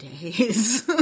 days